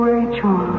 Rachel